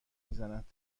میزند